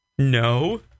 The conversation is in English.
No